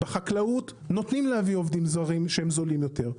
בחקלאות נותנים להביא עובדים זרים שהם זולים יותר.